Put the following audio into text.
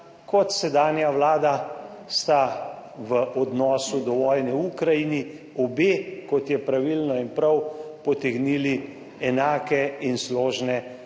kot sedanja Vlada sta v odnosu do vojne v Ukrajini obe, kot je pravilno in prav, potegnili enake in složne